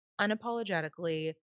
unapologetically